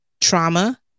trauma